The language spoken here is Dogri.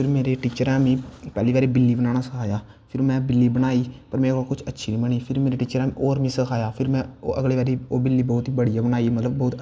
फिर मेरै टीचरैं मिगी पैह्ली बारी बिल्ली बनाना सखाया फिर में बिल्ली बनाई मेरै कोला कुश अच्छी नी बनी फिर मेरैं टीचरैं होर मिगी सखाया फिर में अगलै बारी ओह् बिल्ली बड़िया बनाई मतलव बौह्त